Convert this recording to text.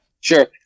Sure